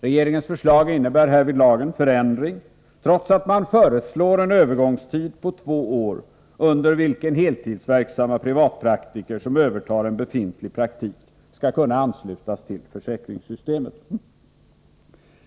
Regeringens förslag innebär härvidlag en förändring, trots att man föreslår en övergångsperiod på två år under vilken heltidsverksamma privatpraktiker som övertar en befintlig praktik skall kunna anslutas till försäkringssystemet.